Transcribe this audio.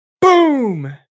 Boom